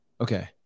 Okay